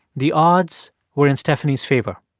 the odds were in stephanie's favor.